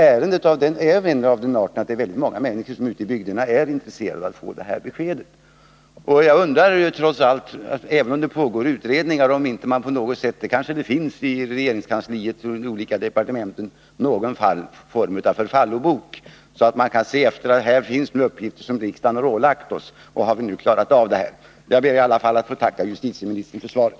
Ärendet är också av den arten att väldigt många människor ute i bygderna är intresserade av att få besked. Man kan undra om det inte i regeringskansliet och de olika departementen finns någon form av förfallobok, där man kan få svar på frågorna: Vilka uppgifter har riksdagen ålagt oss, och har vi klarat av dem? Jag ber i alla fall att få tacka justitieministern för svaret.